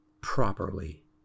properly